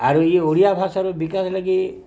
ଆରୁ ଇ ଓଡ଼ିଆ ଭାଷାର ବିକାଶ୍ ଲାଗି